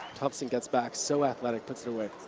thompson gets back, so athletic, puts it away.